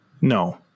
No